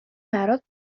برات